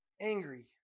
angry